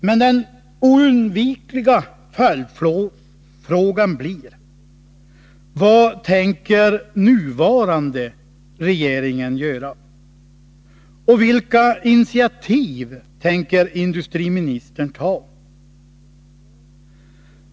Men den oundvikliga följdfrågan blir: Vad tänker den nuvarande regeringen göra, vilka initiativ tänker industriministern ta?